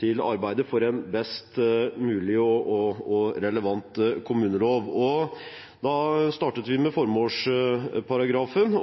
til arbeidet for en best mulig og relevant kommunelov. Og da startet vi med formålsparagrafen.